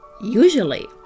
usually